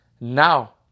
now